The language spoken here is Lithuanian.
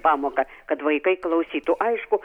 pamoką kad vaikai klausytų aišku